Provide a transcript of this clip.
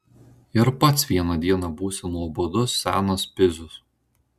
ir pats vieną dieną būsi nuobodus senas pizius